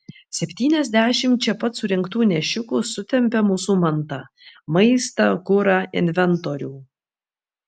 septyniasdešimt čia pat surinktų nešikų sutempia mūsų mantą maistą kurą inventorių